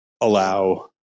allow